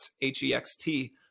h-e-x-t